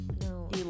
No